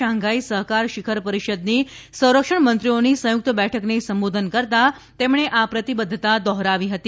Shanghai સહકાર શિખર પરિષદ ની સંરક્ષણ મંત્રીઓની સંયુક્ત બેઠકને સંબોધન કરતાં તેમણે આ પ્રતિબધ્ધતા દોહરવી હતી